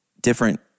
different